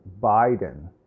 Biden